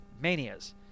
manias